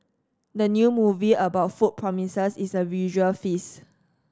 the new movie about food promises is a visual feast